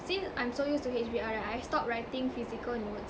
since I'm so used to H_B_L right I stopped writing physical notes